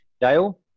Dale